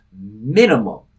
minimum